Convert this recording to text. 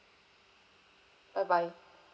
bye bye